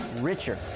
richer